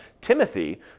Timothy